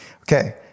Okay